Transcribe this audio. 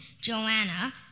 joanna